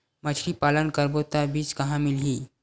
मछरी पालन करबो त बीज कहां मिलही?